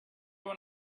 when